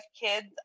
kids